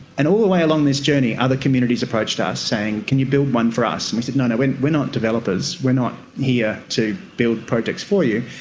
and all the way along this journey other communities approached us saying can you build one for us? and we said no, no, and we are not developers, we're not here to build projects for you,